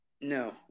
No